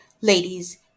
Ladies